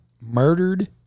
murdered